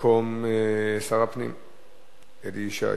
במקום שר הפנים אלי ישי